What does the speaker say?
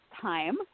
time